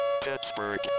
Pittsburgh